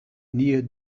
near